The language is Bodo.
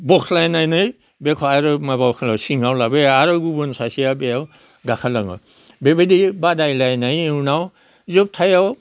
बोस्लायनानै बेखौ आरो माबायाव खालामो सिङाव लाबोयो आरो गुबुन सासेया बेयाव दाखा लोङो बेबायदि बादायलायनाय उनाव जोबथायाव